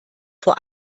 vor